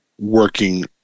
working